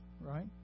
right